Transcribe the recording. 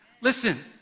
Listen